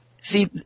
See